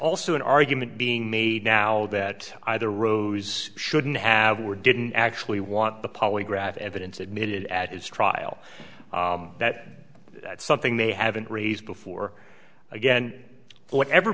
also an argument being made now that either rose shouldn't have were didn't actually want the polygraph evidence admitted at his trial that that's something they haven't raised before again whatever